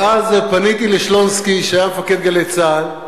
ואז פניתי לשלונסקי, שהיה מפקד "גלי צה"ל",